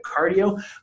cardio